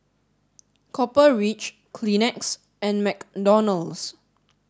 Copper Ridge Kleenex and McDonald's